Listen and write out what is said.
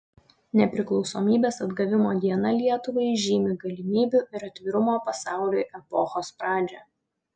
nepriklausomybės atgavimo diena lietuvai žymi galimybių ir atvirumo pasauliui epochos pradžią